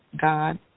God